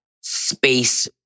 space